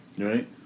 Right